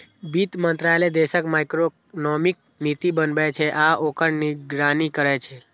वित्त मंत्रालय देशक मैक्रोइकोनॉमिक नीति बनबै छै आ ओकर निगरानी करै छै